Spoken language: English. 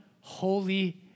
holy